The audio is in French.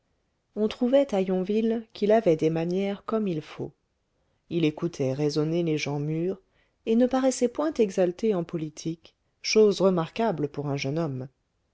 on trouvait à yonville qu'il avait des manières comme il faut il écoutait raisonner les gens mûrs et ne paraissait point exalté en politique chose remarquable pour un jeune homme